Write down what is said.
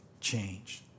change